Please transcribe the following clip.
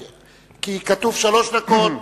כי כתוב שלוש דקות,